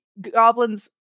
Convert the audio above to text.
goblins